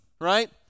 right